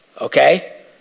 Okay